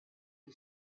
who